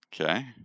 Okay